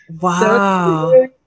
wow